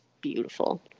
beautiful